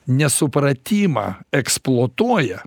nesupratimą eksploatuoja